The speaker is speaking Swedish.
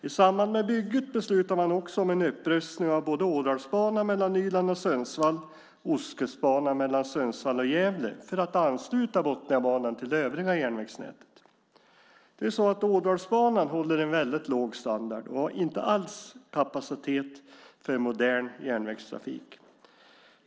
I samband med bygget beslutade man också om en upprustning av Ådalsbanan mellan Nyland och Sundsvall och Ostkustbanan mellan Sundsvall och Gävle för att kunna ansluta Botniabanan till det övriga järnvägsnätet. Ådalsbanan håller väldigt låg standard och har inte kapacitet för en modern järnvägstrafik.